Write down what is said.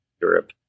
Europe